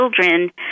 children